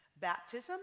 baptism